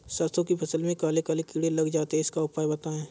सरसो की फसल में काले काले कीड़े लग जाते इसका उपाय बताएं?